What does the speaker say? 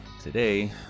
Today